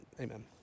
Amen